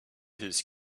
his